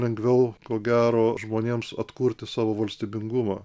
lengviau ko gero žmonėms atkurti savo valstybingumą